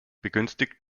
begünstigt